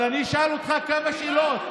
אבל אני אשאל אותך כמה שאלות.